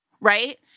right